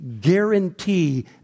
guarantee